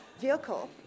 vehicle